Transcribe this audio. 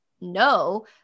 no